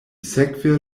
sekve